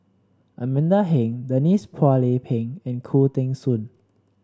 Amanda Heng Denise Phua Lay Peng and Khoo Teng Soon